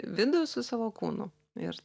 vidų su savo kūnu ir